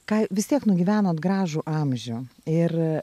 ką vis tiek nugyvenot gražų amžių ir